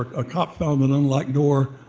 a cop found an unlocked door,